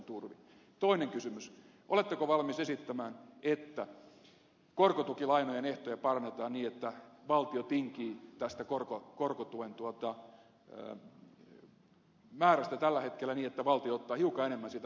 ja toinen kysymys oletteko valmis esittämään että korkotukilainojen ehtoja parannetaan niin että valtio tinkii tästä korkotuen määrästä tällä hetkellä niin että valtio ottaa hiukan enemmän sitä vastattavakseen